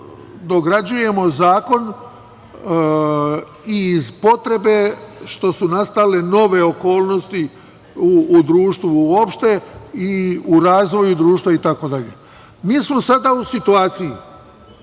dograđujemo zakon i iz potrebe što su nastale nove okolnosti u društvu uopšte i u razvoju društva itd. Mi smo sada u situaciji,